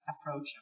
approach